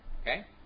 Okay